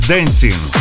Dancing